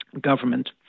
government